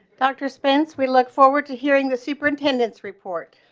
doctor spence, we look forward to hearing the superintendents report.